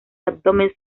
abdomen